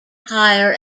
higher